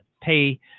pay